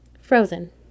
Frozen